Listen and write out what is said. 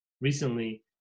recently